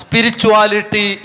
Spirituality